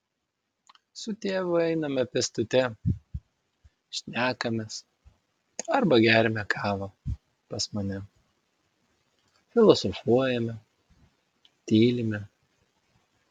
su tėvu einame pėstute šnekamės arba geriame kavą pas mane filosofuojame tylime